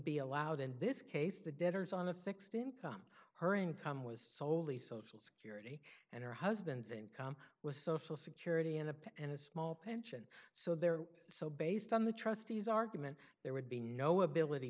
be allowed in this case the debtors on a fixed income her income was soley social see and her husband's income was social security and a pen and a small pension so there so based on the trustees argument there would be no ability